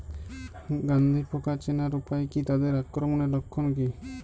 গন্ধি পোকা চেনার উপায় কী তাদের আক্রমণের লক্ষণ কী?